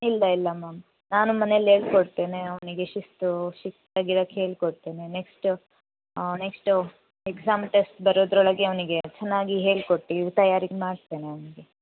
ಇಲ್ಲ ಇಲ್ಲ ಮ್ಯಾಮ್ ನಾನು ಮನೇಲಿ ಹೇಳ್ಕೊಡ್ತೇನೆ ಅವನಿಗೆ ಶಿಸ್ತು ಶಿಸ್ತಾಗಿ ಇರೋಕ್ಕೆ ಹೇಳ್ಕೊಡ್ತೇನೆ ನೆಕ್ಸ್ಟ್ ನೆಕ್ಸ್ಟ್ ಎಕ್ಸಾಮ್ ಟೆಸ್ಟ್ ಬರೋದ್ರೊಳಗೆ ಅವನಿಗೆ ಚೆನ್ನಾಗಿ ಹೇಳ್ಕೊಟ್ಟು ತಯಾರಿಗೆ ಮಾಡಿಸ್ತೇನೆ ಅವನಿಗೆ